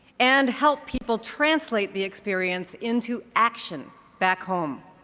and help people translate the experience into action back home.